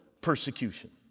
persecution